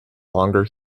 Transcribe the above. longer